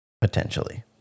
potentially